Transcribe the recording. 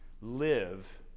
live